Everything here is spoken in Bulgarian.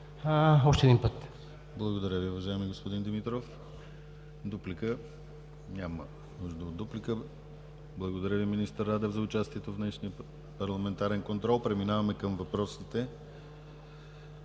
още един път.